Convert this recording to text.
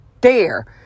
dare